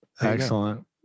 Excellent